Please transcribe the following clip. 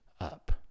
up